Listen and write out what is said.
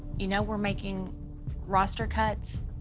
you know we're making roster cuts.